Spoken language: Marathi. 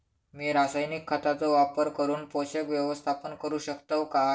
मी रासायनिक खतांचो वापर करून पोषक व्यवस्थापन करू शकताव काय?